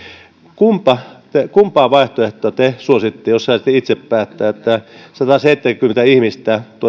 kumpaa kumpaa vaihtoehtoa te suosisitte jos saisitte itse päättää sataseitsemänkymmentä ihmistä